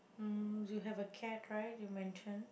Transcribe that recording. mm you have a cat right you mentioned